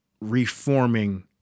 reforming